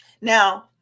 Now